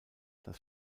das